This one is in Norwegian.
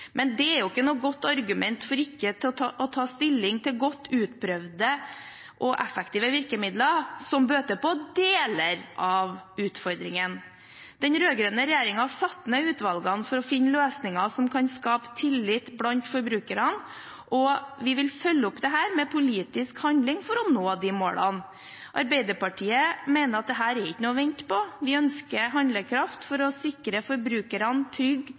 men det er jo ikke noe godt argument for ikke å ta stilling til godt utprøvde og effektive virkemidler som bøter på deler av utfordringen. Den rød-grønne regjeringen satte ned utvalgene for å finne løsninger som kan skape tillit blant forbrukerne, og vi vil følge opp dette med politisk handling for å nå de målene. Arbeiderpartiet mener at dette ikke er noe å vente på. Vi ønsker handlekraft for å sikre forbrukerne trygg,